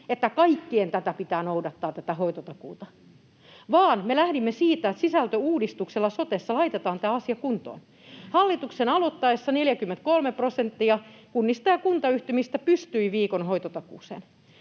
että kaikkien pitää noudattaa tätä hoitotakuuta, vaan me lähdimme siitä, että sisältöuudistuksella sotessa laitetaan tämä asia kuntoon. Hallituksen aloittaessa 43 prosenttia kunnista ja kuntayhtymistä pystyi viikon hoitotakuuseen.